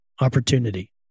opportunity